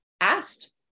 asked